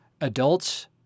adults